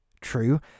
True